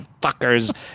fuckers